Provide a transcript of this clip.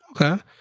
Okay